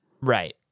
Right